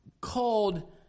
called